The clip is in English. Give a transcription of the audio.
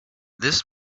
this